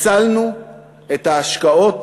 הצלנו את ההשקעות